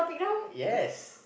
yes